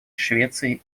швеции